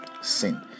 sin